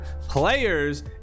players